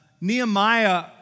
Nehemiah